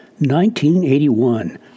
1981